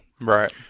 Right